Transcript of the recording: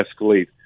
escalate